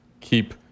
keep